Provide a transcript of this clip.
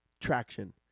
traction